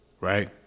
right